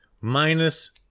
minus